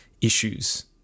issues